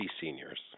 seniors